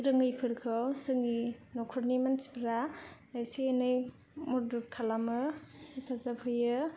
रोङिफोरखौ जोंनि न'खरनि मानसिफोरा एसे एनै मदद खालामो हेफाजाब होयो